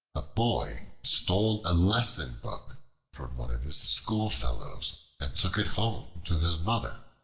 a boy stole a lesson-book from one of his schoolfellows and took it home to his mother.